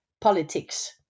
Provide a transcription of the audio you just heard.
politics